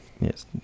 Yes